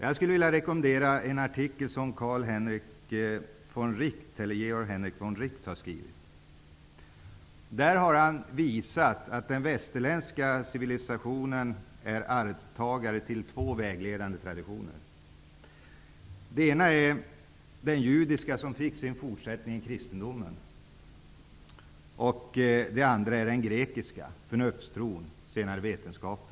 Jag skulle vilja rekommendera till läsning en artikel som Georg Henrik von Wright har skrivit. Han visar i sin artikel att den västerländska civilisationen är arvtagare till två vägledande traditioner. Den ena traditionen är den judiska, som fick sin fortsättning i kristendomen. Den andra är den grekiska -- förnuftstron och senare vetenskapen.